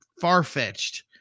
far-fetched